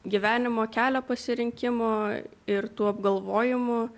gyvenimo kelio pasirinkimo ir tų apgalvojimų